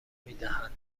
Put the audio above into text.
میدهند